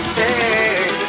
hey